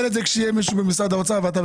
מקבלים ממשרד האוצר בשיח עם המשרדים.